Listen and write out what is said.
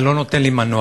וזה לא נותן לי מנוח.